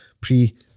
pre